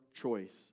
choice